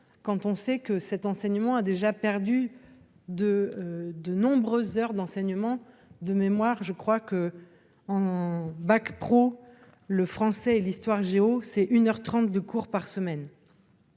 quand on sait que cet enseignement a déjà perdu 2 de nombreuses heures d'enseignement, de mémoire, je crois que en bac pro le français et l'histoire géo, c'est une heure 30 de cours par semaine,